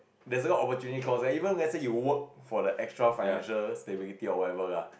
there's a lot of opportunity cost like even let's say you work for the extra financial stability or whatever lah